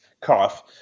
cough